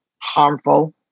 harmful